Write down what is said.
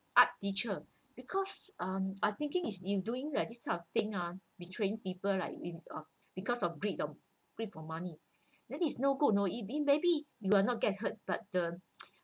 art teacher because uh I'm thinking is you doing like type of thing uh betraying people like it because of greed of greed for money then it's no good you know it's maybe you will not get hurt but the